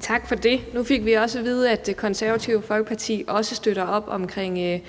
Tak for det. Nu fik vi at vide, at Det Konservative Folkeparti også støtter op omkring